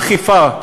אכיפה,